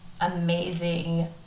amazing